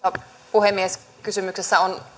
puhemies kysymyksessä on